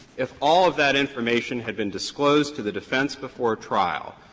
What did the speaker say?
if all of that information had been disclosed to the defense before trial,